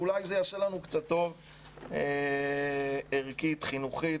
אולי זה יעשה לנו טוב ערכית, חינוכית.